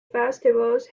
festivals